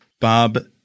Bob